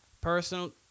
personal